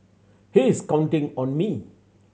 he is counting on me